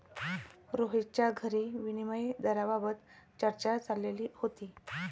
रोहितच्या घरी विनिमय दराबाबत चर्चा चालली होती